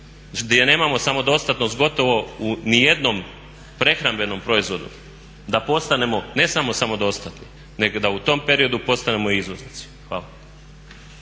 gdje nemamo samodostatnost gotovo u niti jednom prehrambenom proizvodu da postanemo ne samo samodostatni nego da u tom periodu postanemo i izvoznici. Hvala.